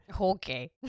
Okay